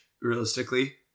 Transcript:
realistically